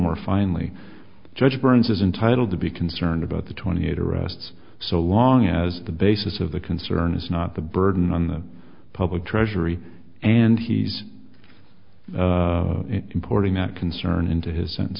more finely judge burns is entitled to be concerned about the twenty eight arrests so long as the basis of the concern is not the burden on the public treasury and he's importing that concern into his s